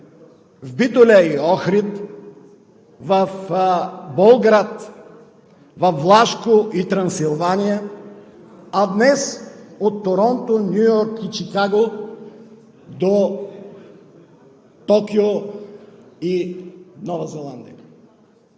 в Битоля и Охрид, в Болград, във Влашко и Трансилвания, а днес – от Торонто, Ню Йорк и Чикаго до Токио и Нова Зеландия.